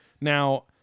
Now